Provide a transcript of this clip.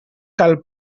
cal